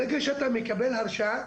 ברגע שאתה מקבל הרשאה,